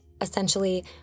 Essentially